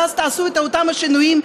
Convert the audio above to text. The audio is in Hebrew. ואז תעשו את אותם השינויים,